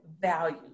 value